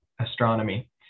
astronomy